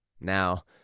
now